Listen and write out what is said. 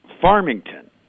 Farmington